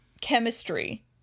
chemistry